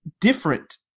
different